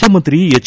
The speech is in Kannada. ಮುಖ್ಯಮಂತ್ರಿ ಎಚ್